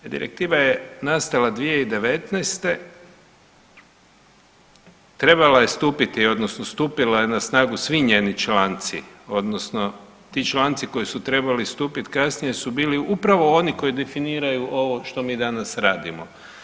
A direktiva je nastala 2019., trebala je stupiti odnosno stupila je na snagu, svi njeni članci odnosno ti članci koji su trebali stupiti kasnije su bili upravo oni koji definiraju ovo što mi danas radimo.